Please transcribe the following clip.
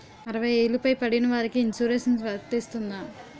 అరవై ఏళ్లు పై పడిన వారికి ఇన్సురెన్స్ వర్తిస్తుందా?